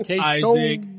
Isaac